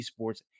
esports